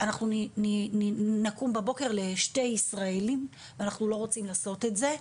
אנחנו נקום בבוקר לשני ישראלים ואנחנו לא רוצים לעשות את זה.